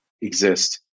exist